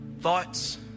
Thoughts